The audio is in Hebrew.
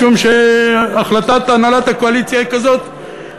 משום שהחלטת הנהלת הקואליציה היא כזאת,